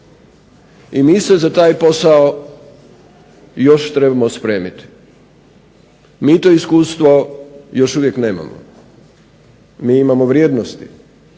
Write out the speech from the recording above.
I mi se za taj posao još trebamo spremiti. Mi to iskustvo još uvijek nemamo. Mi imamo vrijednosti